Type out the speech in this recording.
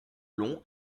long